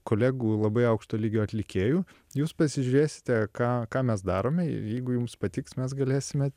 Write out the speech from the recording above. kolegų labai aukšto lygio atlikėjų jūs pasižiūrėsite ką ką mes darome jeigu jums patiks mes galėsime